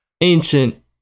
ancient